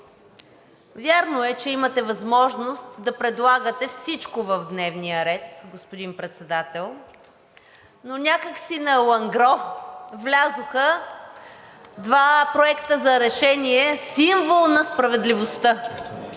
вярно е, че имате възможност да предлагате всичко в дневния ред, господин Председател, но някак си „на алангро“ влязоха два проекта за решение – символ на справедливостта.